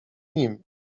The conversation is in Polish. nim